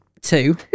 Two